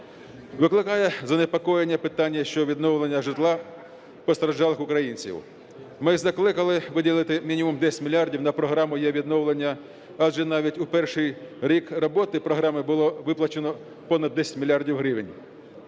Викликає занепокоєння питання щодо відновлення житла постраждалих українців. Ми закликали виділити мінімум 10 мільярдів на програму "єВідновлення". Адже навіть у перший рік роботи програми було виплачено понад 10 мільярдів гривень.